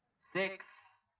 six